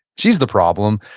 she's the problem.